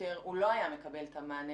הוא לא היה מקבל את המענה.